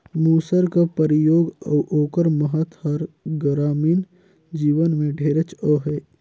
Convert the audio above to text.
मूसर कर परियोग अउ ओकर महत हर गरामीन जीवन में ढेरेच अहे